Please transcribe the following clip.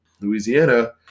Louisiana